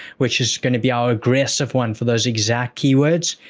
which is going to be our aggressive one for those exact keywords.